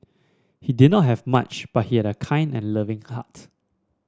he did not have much but he had a kind and loving heart